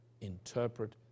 interpret